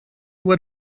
what